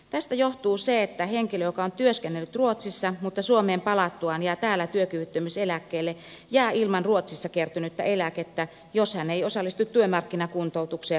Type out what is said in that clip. tästä johtuu se että henkilö joka on työskennellyt ruotsissa mutta suomeen palattuaan jää täällä työkyvyttömyyseläkkeelle jää ilman ruotsissa kertynyttä eläkettä jos hän ei osallistu työmarkkinakuntoutukseen ruotsissa